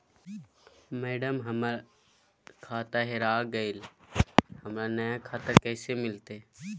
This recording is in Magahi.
मैडम, हमर खाता हेरा गेलई, हमरा नया खाता कैसे मिलते